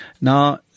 Now